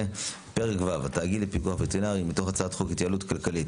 פרק ו' (התאגיד לפיקוח וטרינרי) מתוך הצעת חוק ההתייעלות הכלכלית